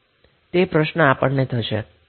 તે પ્રશ્ન આપણ ને થશે